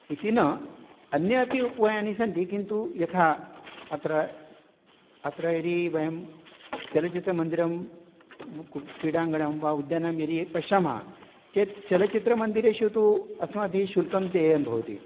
इति न अन्य अपि उपायानि सन्ति किन्तु यथा अत्र अत्र यदि वयं चलच्चित्रमन्दिरं कु क्रीडाङ्गणं वा उद्यानं यदि पश्यामः चेत् चलच्चित्रमन्दिरेषु तु अस्माभिः शुल्कं देयं भवति